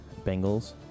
Bengals